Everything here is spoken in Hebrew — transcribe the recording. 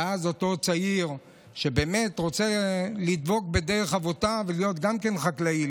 ואז אותו צעיר שבאמת רוצה לדבוק בדרך אבותיו ולהיות גם כן חקלאי,